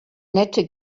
nette